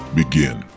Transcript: begin